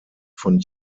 von